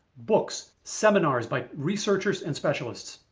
books, seminars by researchers and specialists.